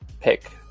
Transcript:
pick